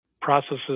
processes